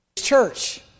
church